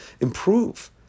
improve